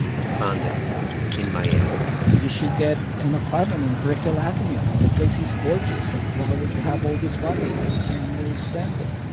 a condo in miami you should get an apartment in brickell avenue. that place is gorgeous. like, why would you have all this money if you can't really spend it?